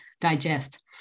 digest